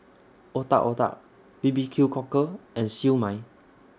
Otak Otak B B Q Cockle and Siew Mai